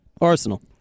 Arsenal